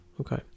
Okay